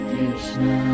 Krishna